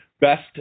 best